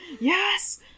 yes